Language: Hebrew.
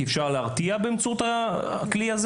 כי אפשר להרתיע באמצעות הכלי הזה.